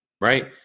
right